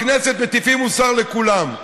בכנסת מטיפים מוסר לכולם,